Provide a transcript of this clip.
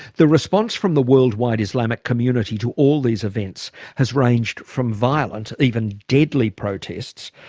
the response from the worldwide islamic community to all these events has ranged from violent, even deadly protests,